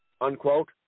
unquote